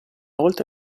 volta